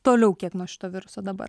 toliau kiek nuo šito viruso dabar